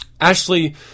Ashley